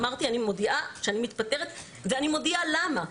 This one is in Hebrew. אמרתי שאני מודיעה שאני מתפטרת ואני מודיעה למה.